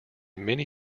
mini